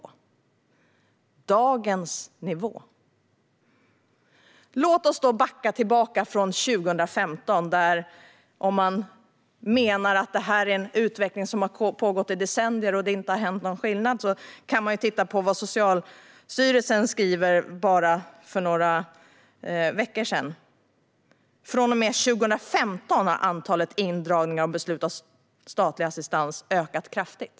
Låt oss då backa tillbaka till 2015. Om man menar att det här är en utveckling som har pågått i decennier och att det inte har blivit någon skillnad kan man ju läsa vad Socialstyrelsen skrev för bara några veckor sedan: Från och med 2015 har antalet indragningar av beslut om statlig assistans ökat kraftigt.